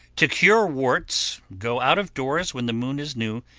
to cure warts, go out of doors when the moon is new,